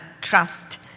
trust